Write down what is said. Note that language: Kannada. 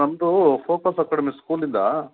ನಮ್ಮದು ಫೋಕಸ್ ಅಕಾಡಮಿ ಸ್ಕೂಲಿಂದಾ